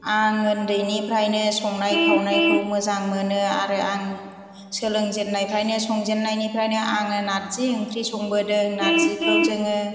आं उन्दैनिफ्रायनो संनाय खावनायखौ मोजां मोनो आरो आं सोलोंजेननायनिफ्रायनो संजेननायनिफ्रायनो आङो नार्जि ओंख्रि संबोदों नार्जिखौ जोङो